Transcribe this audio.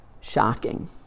shocking